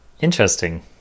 Interesting